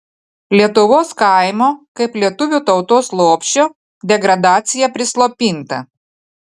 lietuvos kaimo kaip lietuvių tautos lopšio degradacija prislopinta